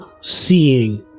seeing